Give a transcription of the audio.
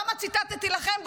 למה ציטטתי לכם?